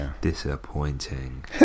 disappointing